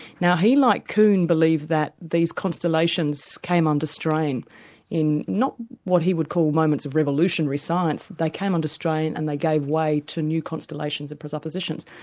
now he, like kuhn, believed that these constellations came under strain in not what he would call moments of revolutionary science, but they came under strain and they gave way to new constellations of presuppositions.